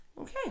Okay